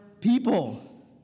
people